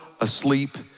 asleep